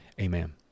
Amen